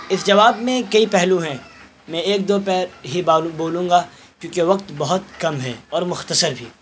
اس جواب میں کئی پہلو ہیں میں ایک دو ہی بولوں گا کیوںکہ وقت بہت کم ہے اور مختصر بھی